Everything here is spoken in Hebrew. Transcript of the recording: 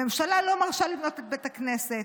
הממשלה לא מרשה לבנות את בית הכנסת.